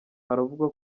haravugwa